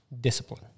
discipline